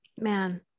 Man